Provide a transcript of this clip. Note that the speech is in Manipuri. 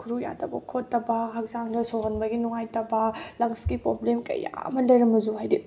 ꯈꯨꯔꯨ ꯌꯥꯗꯕ ꯈꯣꯠꯇꯕ ꯍꯛꯆꯥꯡꯗ ꯁꯧꯍꯟꯕꯒꯤ ꯅꯨꯡꯉꯥꯏꯇꯕ ꯂꯪꯁꯀꯤ ꯄ꯭ꯔꯣꯕ꯭ꯂꯦꯝ ꯀꯌꯥ ꯑꯃ ꯂꯩꯔꯝꯃꯁꯨ ꯍꯥꯏꯗꯤ